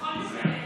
בכל מקרה,